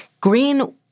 Green